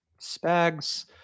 Spags